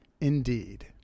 Indeed